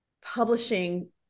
publishing